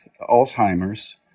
alzheimer's